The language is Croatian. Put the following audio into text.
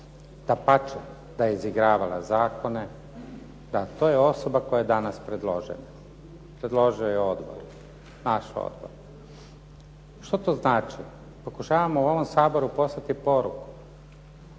dapače da je izigravala zakone. To je osoba koja je danas predložena. Predložio je odbor, baš odbor. Što to znači? Pokušavamo u ovom Saboru poslati poruku,